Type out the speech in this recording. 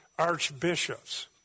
archbishops